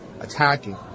attacking